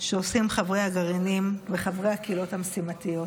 שעושים חברי הגרעינים וחברי הקהילות המשימתיות.